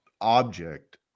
object